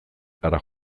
hara